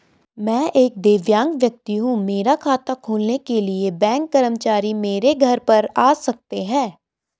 मैं एक दिव्यांग व्यक्ति हूँ मेरा खाता खोलने के लिए बैंक कर्मचारी मेरे घर पर आ सकते हैं?